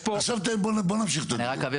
עכשיו בוא נמשיך את הדיון.